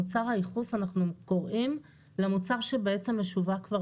מוצר הייחוס אנחנו קוראים למוצר שבעצם משווק כבר